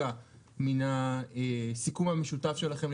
מיכל וולדיגר, בבקשה.